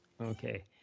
Okay